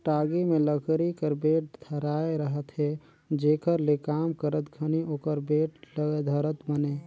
टागी मे लकरी कर बेठ धराए रहथे जेकर ले काम करत घनी ओकर बेठ ल धरत बने